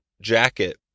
jacket